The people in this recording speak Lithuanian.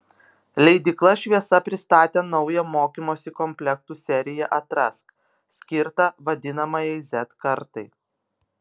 leidykla šviesa pristatė naują mokymosi komplektų seriją atrask skirtą vadinamajai z kartai